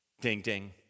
ding-ding